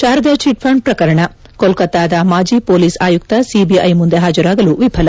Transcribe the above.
Sharada chit fund ಪ್ರಕರಣ ಕೋಲ್ಕತ್ತಾದ ಮಾಜಿ ಪೊಲೀಸ್ ಆಯುಕ್ತ ಸಿಬಿಐ ಮುಂದೆ ಹಾಜರಾಗಲು ವಿಫಲ